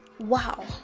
wow